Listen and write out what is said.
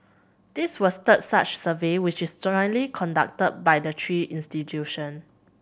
this was third such survey which is jointly conducted by the three institution